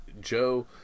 Joe